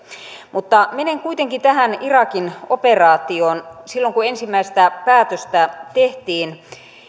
mutta menen kuitenkin tähän irakin operaatioon silloin kun ensimmäistä päätöstä tehtiin